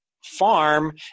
farm